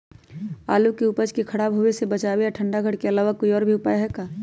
आलू के उपज के खराब होवे से बचाबे ठंडा घर के अलावा कोई और भी उपाय है का?